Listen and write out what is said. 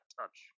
touch